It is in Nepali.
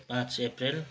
पाँच अप्रेल